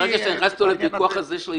ברגע שאתה נכנס איתו לוויכוח הזה,